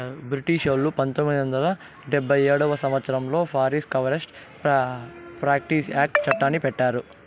బ్రిటిషోల్లు పంతొమ్మిది వందల డెబ్భై ఏడవ సంవచ్చరంలో ఫారిన్ కరేప్ట్ ప్రాక్టీస్ యాక్ట్ చట్టాన్ని పెట్టారు